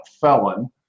felon